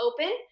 open